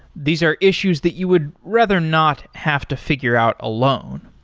these are issues that you would rather not have to figure out alone.